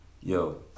Yo